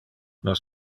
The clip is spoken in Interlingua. nos